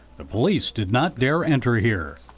the police did not dare enter here.